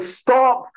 stop